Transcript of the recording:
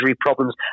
problems